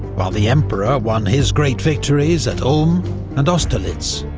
while the emperor won his great victories at ulm and austerlitz.